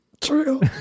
true